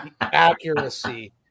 accuracy